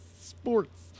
Sports